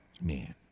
man